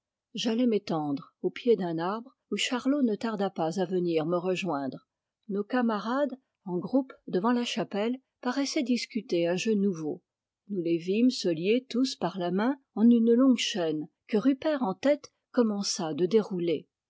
j'allai m'étendre au pied d'un arbre où charlot ne tarda pas à venir me rejoindre nos camarades en groupe devant la chapelle paraissaient discuter un jeu nouveau nous les vîmes se lier tous par la main en une longue chaîne que rupert en tête commença de dérouler